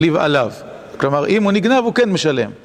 לבעליו, כלומר, אם הוא נגנב הוא כן משלם.